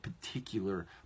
particular